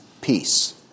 peace